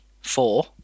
four